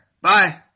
bye